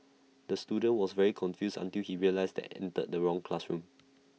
the student was very confused until he realised he entered the wrong classroom